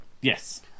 Yes